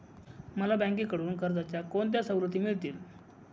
मला बँकेकडून कर्जाच्या कोणत्या सवलती मिळतील?